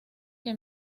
que